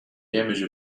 damage